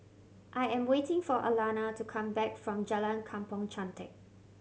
I am waiting for Alana to come back from Jalan Kampong Chantek